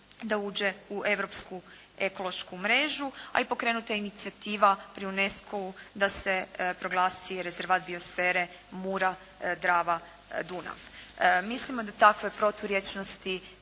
da uđe u europsku ekološku mrežu. A i pokrenuta je inicijativa pri UNESCO-u da se proglasi rezervat biosfere Mura-Drava-Dunav. Mislimo da takve proturječnosti